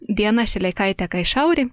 diana šileikaitė kaišauri